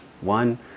one